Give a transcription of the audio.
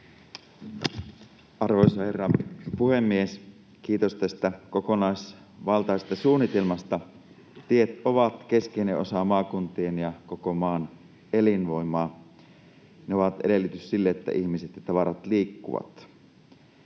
Arvoisa herra puhemies! Kiitos tästä kokonaisvaltaisesta suunnitelmasta. Tiet ovat keskeinen osa maakuntien ja koko maan elinvoimaa. Ne ovat edellytys sille, että ihmiset ja tavarat liikkuvat.